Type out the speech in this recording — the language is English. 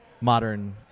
modern